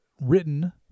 written